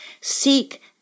seek